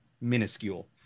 minuscule